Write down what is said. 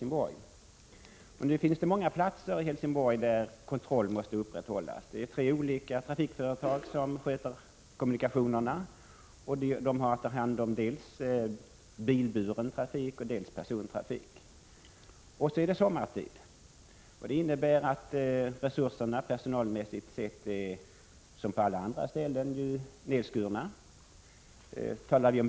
Det finns många platser i Helsingborg där kontroll måste upprätthållas. Tre olika trafikföretag sköter kommunikationerna. De har att ta hand om dels bilburen trafik, dels persontrafik. Och så är det sommartid. Det innebär att resurserna personalmässigt sett som på alla andra ställen är nedskurna.